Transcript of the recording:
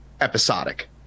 episodic